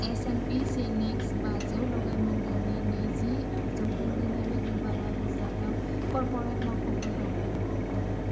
S N P Sensex बाजौ लगायमोनदेरनि नैजि जौखोन्दोनिबो गोबाङा गुजराटआव कर्परेट मख'फोर दं